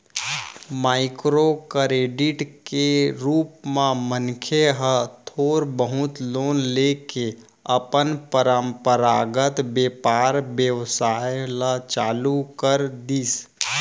micro credit के रुप म मनखे ह थोर बहुत लोन लेके अपन पंरपरागत बेपार बेवसाय ल चालू कर दिस